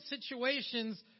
situations